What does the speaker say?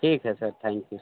ठीक है sir thank you